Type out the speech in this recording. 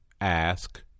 Ask